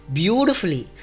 beautifully